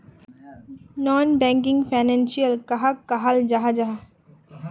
Non banking financial कहाक कहाल जाहा जाहा?